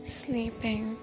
sleeping